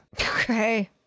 Okay